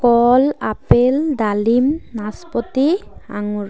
কল আপেল ডালিম নাচপতি আঙুৰ